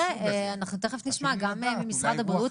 אנחנו תיכף נשמע גם את משרד הבריאות.